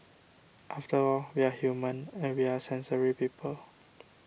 after all we are human and we are sensory people